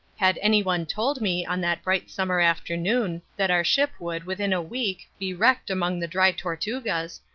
had anyone told me on that bright summer afternoon that our ship would within a week be wrecked among the dry tortugas,